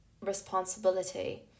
responsibility